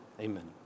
Amen